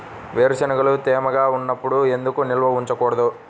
వేరుశనగలు తేమగా ఉన్నప్పుడు ఎందుకు నిల్వ ఉంచకూడదు?